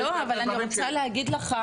אבל אני רוצה להגיד לך.